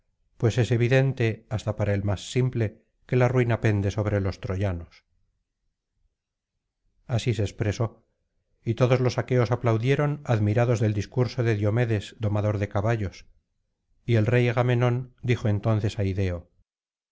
pues es evidente hasta para el más simple que la ruina pende sobre los troyanos así se expresó y todos los aqueos aplaudieron admirados del discurso de diomedes domador de caballos y el rey agamenón dijo entonces á ideo